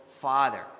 Father